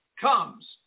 comes